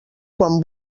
quan